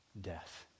death